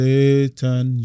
Satan